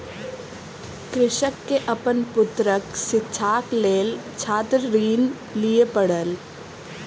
कृषक के अपन पुत्रक शिक्षाक लेल छात्र ऋण लिअ पड़ल